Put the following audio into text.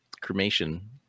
cremation